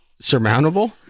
surmountable